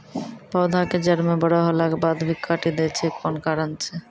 पौधा के जड़ म बड़ो होला के बाद भी काटी दै छै कोन कारण छै?